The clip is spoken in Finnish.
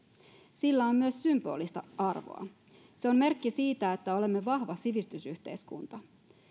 sillä on myös symbolista arvoa se on merkki siitä että olemme vahva sivistysyhteiskunta